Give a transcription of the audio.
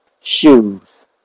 Shoes